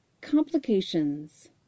Complications